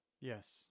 Yes